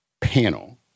panel